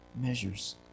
measures